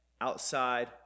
outside